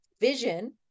Vision